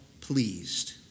pleased